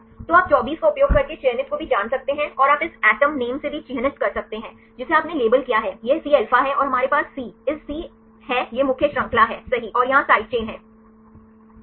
तो आप 24 का उपयोग करके चयनित को भी जान सकते हैं और आप इस एटम नाम से भी चिह्नित कर सकते हैं जिसे आपने लेबल किया है यह Cα है और हमारे पास C is C have है यह मुख्य श्रृंखला है सही और यहां साइड चेन है ठीक